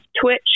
twitch